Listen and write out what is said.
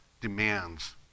demands